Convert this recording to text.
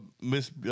Miss